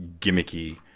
gimmicky